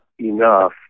enough